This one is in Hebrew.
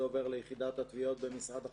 עוברות ליחידת התביעות במשרד החקלאות,